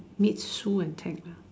meet Sue and Ted lah